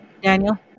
Daniel